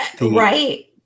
Right